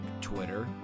Twitter